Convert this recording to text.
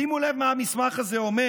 שימו לב מה המסמך הזה אומר,